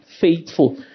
faithful